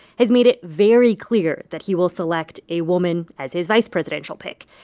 has made it very clear that he will select a woman as his vice presidential pick.